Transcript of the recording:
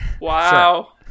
wow